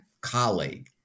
colleague